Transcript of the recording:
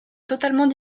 totalement